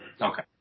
Okay